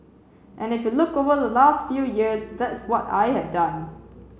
and if you look over the last few years that's what I have done